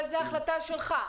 אבל זו החלטה שלך,